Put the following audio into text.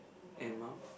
and mum